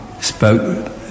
spoke